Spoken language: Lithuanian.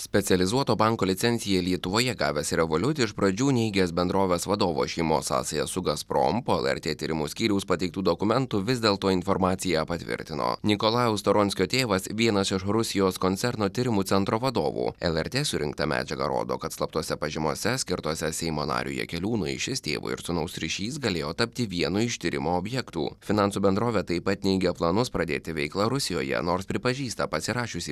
specializuoto banko licenciją lietuvoje gavęs revoliut iš pradžių neigęs bendrovės vadovo šeimos sąsajas su gazprom po lrt tyrimų skyriaus pateiktų dokumentų vis dėlto informaciją patvirtino nikolajaus toronskio tėvas vienas iš rusijos koncerno tyrimų centro vadovų lrt surinkta medžiaga rodo kad slaptose pažymose skirtose seimo nariui jakeliūnui šis tėvo ir sūnaus ryšys galėjo tapti vienu iš tyrimo objektų finansų bendrovė taip pat neigia planus pradėti veiklą rusijoje nors pripažįsta pasirašiusi